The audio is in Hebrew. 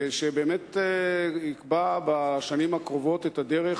שבאמת יקבע את הדרך